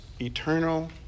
eternal